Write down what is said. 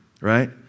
right